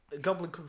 goblin